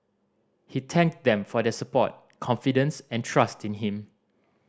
he thanked them for their support confidence and trust in him